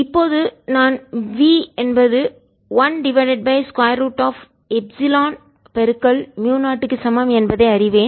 இப்போது நான் v என்பது 1 divided by square root of epsilon mu 0 க்கு சமம் என்பதை அறிவேன்